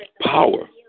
power